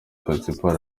principal